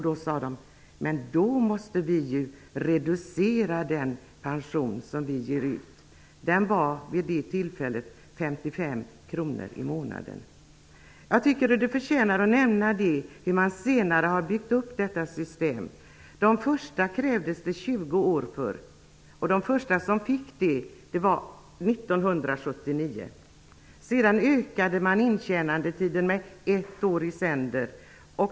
Då sade de: Men då måste vi ju reducera den pension som vi ger ut. Den var vid det tillfället 55 kr i månaden. Jag tycker att det förtjänar att nämnas hur man senare har byggt upp detta system. För de första krävdes det 20 arbetade år. Första gången någon fick den pensionen var 1979. Sedan ökade man intjänandetiden med ett år i sänder.